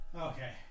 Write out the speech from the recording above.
Okay